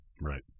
right